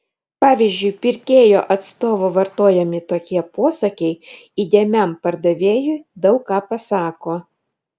pavyzdžiui pirkėjo atstovo vartojami tokie posakiai įdėmiam pardavėjui daug ką pasako